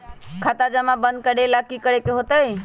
जमा खाता बंद करे ला की करे के होएत?